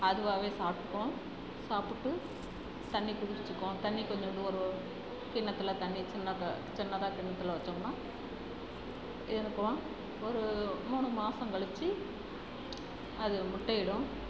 அதுவாகவே சாப்பிட்டுக்கும் சாப்பிட்டு தண்ணி குடிச்சிக்கும் அந்த தண்ணி கொஞ்சண்டு ஒரு கிண்ணத்தில் தண்ணி சின்னது சின்னதாக கிண்ணத்தில் வச்சோம்னால் இருக்கும் ஒரு மூணு மாசங்கழிச்சி அது முட்டையிடும்